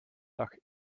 dag